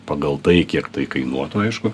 pagal tai kiek tai kainuotų aišku